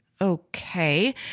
Okay